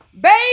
baby